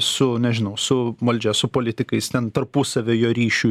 su nežinau su valdžia su politikais ten tarpusavy ryšių